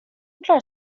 klarar